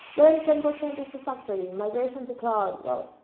then ten percent is refactoring, migration to cloud. well,